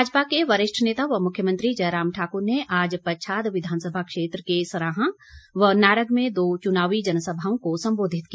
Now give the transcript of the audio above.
भाजपा के वरिष्ठ नेता व मुख्यमंत्री जयराम ठाकुर ने आज पच्छाद विधानसभा क्षेत्र के सराहां व नारग में दो चुनावी जनसभाओं को सम्बोधित किया